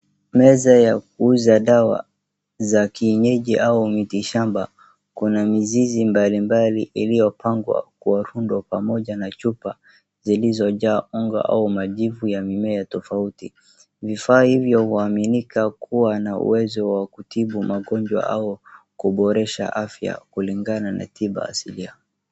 Meza ya kuuza dawa za kienyeji au miti shamba. Kuna mizizi mbalimbali iliopangwa kwa rundo pamoja na chupa zilizojaa unga au majivu ya mimea tofauti. Vifaa hivyo uaminika kuwa na uwezo wa kutibu magonjwa au kuboresha afya kulingana na tiba asilia.